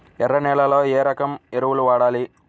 ఎర్ర నేలలో ఏ రకం ఎరువులు వాడాలి?